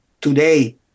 today